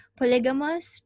polygamous